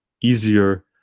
easier